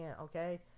Okay